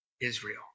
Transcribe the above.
Israel